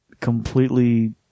completely